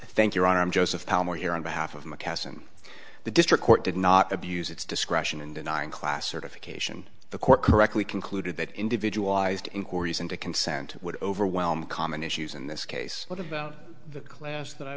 thank you i am joseph cao more here on behalf of my cason the district court did not abuse its discretion in denying class certification the court correctly concluded that individualized inquiries into consent would overwhelm common issues in this case what about the class that i